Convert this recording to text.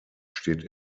steht